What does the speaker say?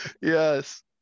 Yes